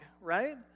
right